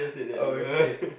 oh shit